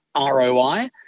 ROI